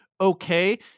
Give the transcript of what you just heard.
okay